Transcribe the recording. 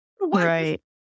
Right